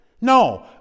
No